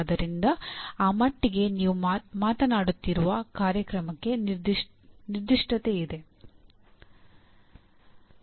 ಆದ್ದರಿಂದ ಆ ಮಟ್ಟಿಗೆ ನೀವು ಮಾತನಾಡುತ್ತಿರುವ ಕಾರ್ಯಕ್ರಮಕ್ಕೆ ನಿರ್ದಿಷ್ಟತೆಯಿದೆ